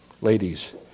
ladies